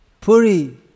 puri